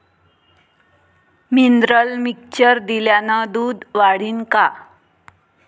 Mineral mixture दिल्यानं दूध वाढीनं का?